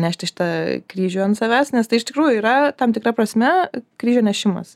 nešti šitą kryžių ant savęs nes tai iš tikrųjų yra tam tikra prasme kryžiaus nešimas